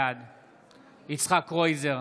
בעד יצחק קרויזר,